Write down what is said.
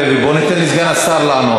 חברת הכנסת אורלי לוי, בואי ניתן לסגן השר לענות.